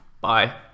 Bye